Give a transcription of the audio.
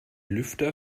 lüfter